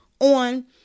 on